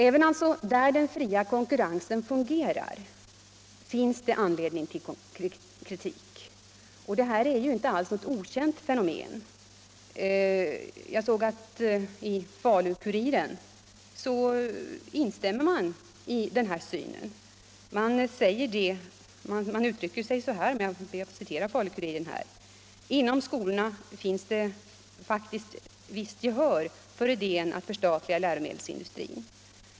Även där den fria konkurrensen fungerar finns det alltså anledning till kritik. Det här är inte alls något okänt fenomen. I Falu-Kuriren instämmer man i den här synen och uttrycker sig så här: ”Inom skolorna finns det faktiskt visst gehör för idén att förstatliga läromedelsindustrin.